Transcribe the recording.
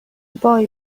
وای